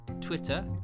Twitter